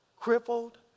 crippled